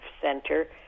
center